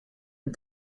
and